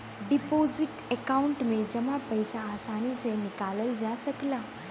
deposit account में जमा पइसा आसानी से निकालल जा सकला